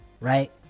right